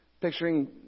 picturing